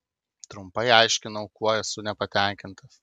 trumpai aiškinau kuo esu nepatenkintas